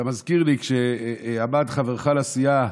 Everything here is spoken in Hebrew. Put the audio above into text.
אתה מזכיר לי, כשעמד חברך לסיעה